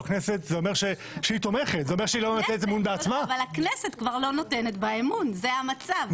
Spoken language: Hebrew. כן, אבל הכנסת כבר לא נותנת בה אמון זה המצב.